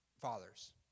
fathers